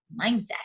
mindset